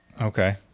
Okay